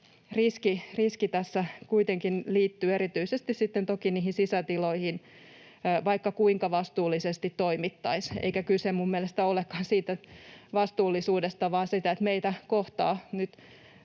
riski tässä kuitenkin toki liittyy erityisesti niihin sisätiloihin, vaikka kuinka vastuullisesti toimittaisiin — eikä kyse minun mielestäni olekaan siitä vastuullisuudesta, vaan siitä, että meitä kohtaa nyt